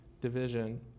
division